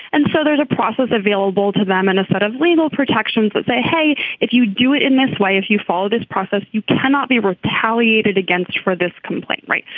and so there's a process available to them and a set of legal protections that say hey if you do it in this way if you follow this process you cannot be retaliated against for this complaint right.